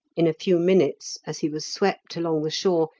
in a few minutes, as he was swept along the shore,